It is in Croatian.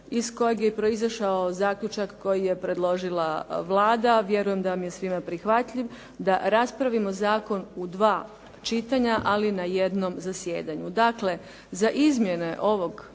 iz kojeg je proizažao zaključak koji je predložila Vlada. Vjerujem da vam je svima prihvatljiv, da raspravimo zakon u dva čitanja, ali na jednom zasjedanju. Dakle, za izmjene ovog